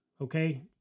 okay